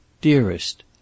Dearest